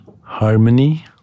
Harmony